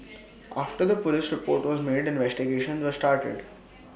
after the Police report was made investigations were started